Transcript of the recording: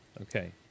Okay